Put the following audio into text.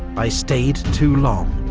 i stayed too long.